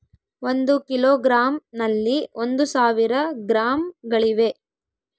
ಒಂದು ಕಿಲೋಗ್ರಾಂ ನಲ್ಲಿ ಒಂದು ಸಾವಿರ ಗ್ರಾಂಗಳಿವೆ